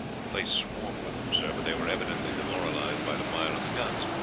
the place swarmed with them, sir, but they were evidently demoralized by the fire of the guns,